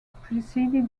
preceded